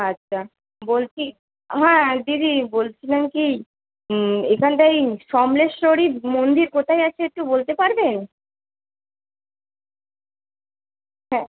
আচ্ছা বলছি হ্যাঁ দিদি বলছিলাম কি এখানটায় সমলেশ্বরীর মন্দির কোথায় আছে একটু বলতে পারবেন হ্যাঁ